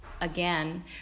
again